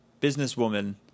businesswoman